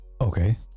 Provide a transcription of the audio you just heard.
Okay